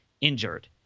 injured